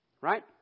Right